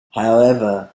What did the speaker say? however